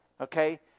Okay